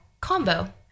combo